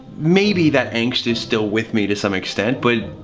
maybe that angst is still with me to some extent, but.